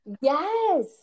Yes